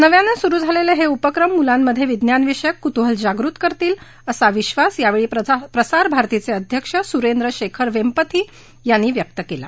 नव्याने सुरु झालेले हे उपक्रम मुलांमध्ये विज्ञानविषयक कुतूहल जागृत करतील असा विश्वास यावेळी प्रसारभारतीचे अध्यक्ष सुरेन्द्रशेखर वेम्पथी यांनी यावेळी व्यक्त केला